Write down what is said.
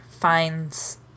finds